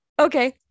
okay